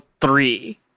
three